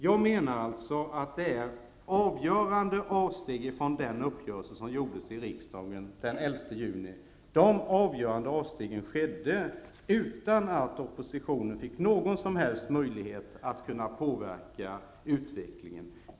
Jag menar att det har skett avgörande avsteg från den uppgörelse som träffades i riksdagen den 11 juni i fjol. De avgörande avstegen skedde utan att oppositionen fick någon möjlighet att påverka utvecklingen.